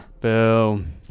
Boom